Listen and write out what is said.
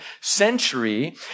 century